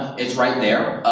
it's right there.